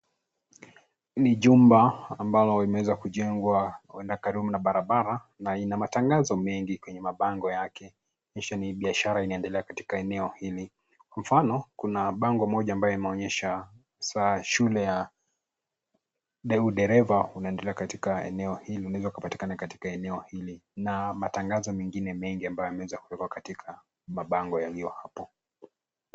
Ni jumba ambalo limeweza kujengwa huenda karibu na barabara na ina matangazo mengi kwenye mabango yake. Inaonyesha ni biashara inaendelea katika eneo hili. Mfano, kuna bango moja ambaye imeonyesha sa shule ya de udereva unaendelea katika eneo hili unaweza ukapatikana katika eneo hili. Na matangazo mengine mengi ambayo yameweza kuwekwa katika mabango yaliyo hapo.